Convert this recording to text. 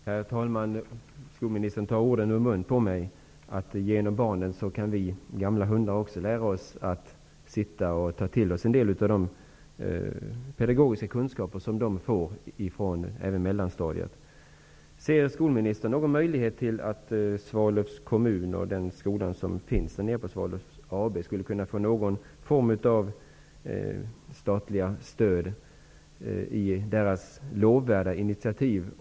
Herr talman! Skolministern tog orden ur munnen på mig: Genom barnen kan vi gamla hundar också lära oss att sitta och vi kan ta till oss en del av de pedagogiska kunskaper som även mellanstadieeleverna får. Ser skolministern någon möjlighet att ge Svalövs kommun och den skola som finns på Svalövs AB någon form av statliga stöd till deras lovvärda initiativ?